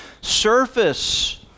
surface